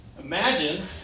Imagine